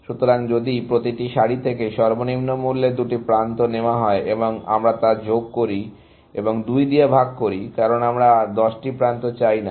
সুতরাং যদি প্রতিটি সারি থেকে সর্বনিম্ন মূল্যের দুটি প্রান্ত নেওয়া হয় এবং আমরা তা যোগ করি এবং 2 দিয়ে ভাগ করি কারণ আমরা 10টি প্রান্ত চাই না